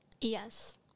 yes